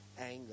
anger